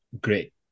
great